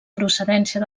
procedència